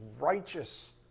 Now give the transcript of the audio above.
righteous